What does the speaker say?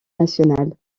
nationale